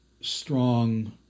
strong